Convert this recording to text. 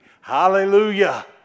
Hallelujah